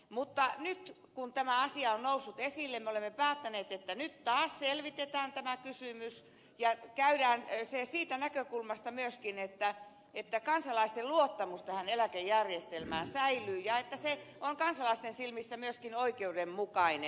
mutta nyt kun tämä asia on noussut esille me olemme päättäneet että taas selvitetään tämä kysymys ja käydään se siitä näkökulmasta myöskin että kansalaisten luottamus tähän eläkejärjestelmään säilyy ja että se on kansalaisten silmissä myöskin oikeudenmukainen